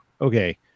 Okay